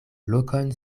lokon